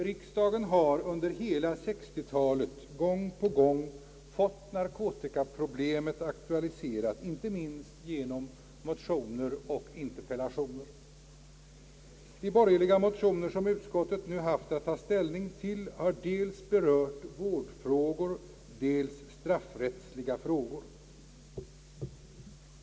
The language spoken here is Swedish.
Riksdagen har under hela 1960-talet gång på gång fått narkotikaproblemet aktualiserat, inte minst genom motioner och interpellationer. De borgerliga motioner som utskottet nu haft att ta ställning till har berört dels vårdfrågor, dels straffrättsliga frågor.